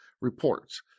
reports